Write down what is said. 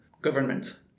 government